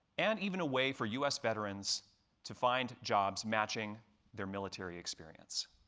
and even a way for u s. veterans to find jobs matching their military experience.